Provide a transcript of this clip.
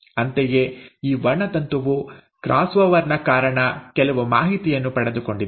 ಅಂತೆಯೇ ಈ ವರ್ಣತಂತುವು ಕ್ರಾಸ್ ಓವರ್ ನ ಕಾರಣ ಕೆಲವು ಮಾಹಿತಿಯನ್ನು ಪಡೆದುಕೊಂಡಿದೆ